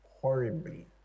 horribly